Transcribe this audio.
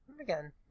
again